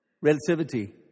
relativity